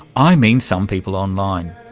i mean some people online.